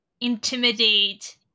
intimidate